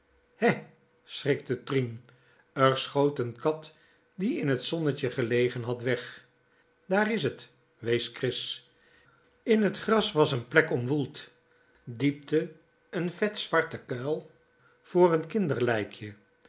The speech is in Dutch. hè schrikte trien r schoot n kat die in t zonnetje gelegen had weg dààr is t wees chris in t gras was n plek omwoeld diepte n vetzwarte kuil voor een